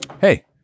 Hey